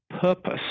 purpose